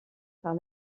par